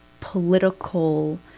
political